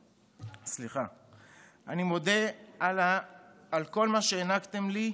סליחה, אני מודה על כל מה שהענקתם לי.